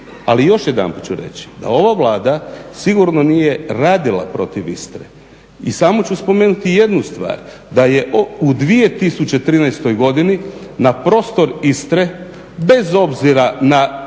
I još jedanput ću reći da ova Vlada sigurno nije radila protiv Istre. I samo ću spomenuti jednu stvar da je u 2013.godini na prostor Istre bez obzira na